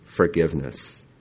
forgiveness